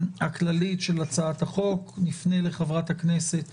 הכללית של הצעת החוק; נפנה לחברת הכנסת